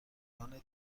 پادگان